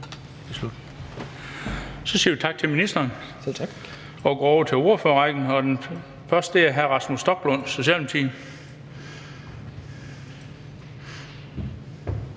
Så siger vi tak til ministeren og går over til ordførerrækken. Den første ordfører er hr. Rasmus Stoklund, Socialdemokratiet.